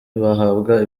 bahabwa